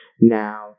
Now